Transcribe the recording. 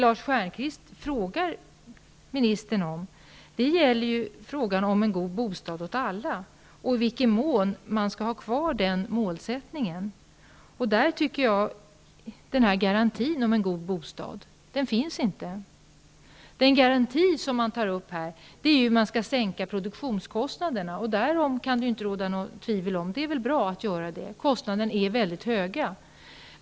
Lars Stjernkvists fråga till ministern handlade om en god bostad åt alla och i vilken mån man skall ha kvar denna målsättning. Garantin om en god bostad finns inte med. Den garanti som tas upp i svaret gäller att man skall sänka produktionskostnaderna. Därom kan det inte råda något tvivel. Det är bra om produktionskostnaderna sänks. Kostnaderna är väldigt höga.